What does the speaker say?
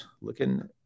looking